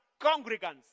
congregants